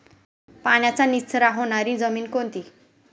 पाण्याचा निचरा होणारी जमीन कोणती?